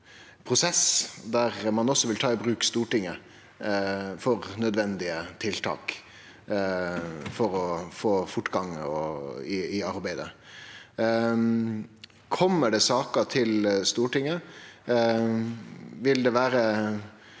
det varsla ein prosess der ein også vil ta i bruk Stortinget for nødvendige tiltak for å få fortgang i arbeidet. Kjem det saker til Stortinget?